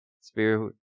spirit